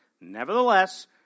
Nevertheless